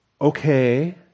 Okay